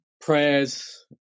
prayers